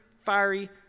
fiery